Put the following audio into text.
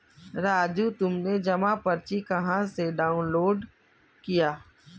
राजू तुमने जमा पर्ची कहां से डाउनलोड किया?